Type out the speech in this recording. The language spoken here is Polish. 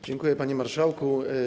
Dziękuję, panie marszałku.